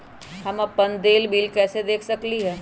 हम अपन देल बिल कैसे देख सकली ह?